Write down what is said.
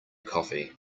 coffee